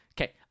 Okay